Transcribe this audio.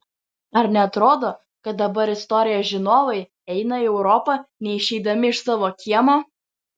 ar neatrodo kad dabar istorijos žinovai eina į europą neišeidami iš savo kiemo